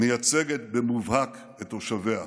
מייצגת במובהק את תושביה.